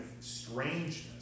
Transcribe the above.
strangeness